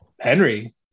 henry